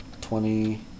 Twenty